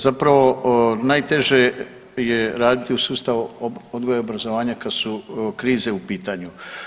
Zapravo najteže je raditi u sustavu odgoja i obrazovanja kad su krize u pitanju.